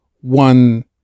one